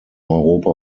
europa